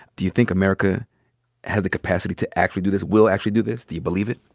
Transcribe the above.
do you think america had the capacity to actually do this, will actually do this? do you believe it?